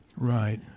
Right